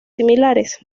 similares